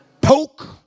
poke